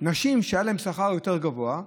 נשים שהיה להן שכר יותר גבוה,